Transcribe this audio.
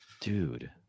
dude